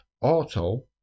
Auto